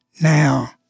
now